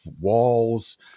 walls